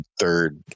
third